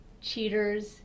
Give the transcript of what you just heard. cheaters